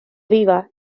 viva